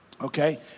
Okay